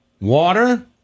water